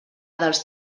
dels